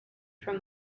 from